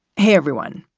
hey, everyone.